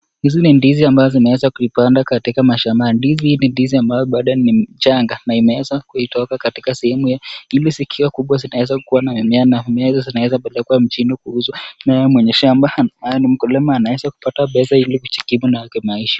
Hizi ni ndizi ambazo zimeezwa kupandwa katika mashamani. Ndizi hizi ni ndizi ambazo bado ni mchanga na inaweza kutoka katika sehemu ili zikiwa kubwa kuenea na mimea inaweza kupelekwa mjini kuuzwa. Naye mwenye shama awe mkulima anaweza kupata pesa ili kujikimu na kimaisha.